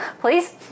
Please